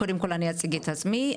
אני אציג את עצמי.